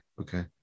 Okay